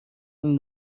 این